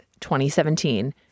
2017